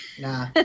Nah